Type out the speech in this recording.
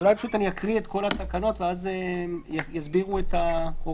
אולי אני אקריא את כל התקנות ואז יסבירו נציגי הממשלה את ההוראות.